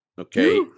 Okay